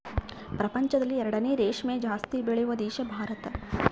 ಪ್ರಪಂಚದಲ್ಲಿ ಎರಡನೇ ರೇಷ್ಮೆ ಜಾಸ್ತಿ ಬೆಳೆಯುವ ದೇಶ ಭಾರತ